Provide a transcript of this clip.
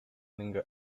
lingo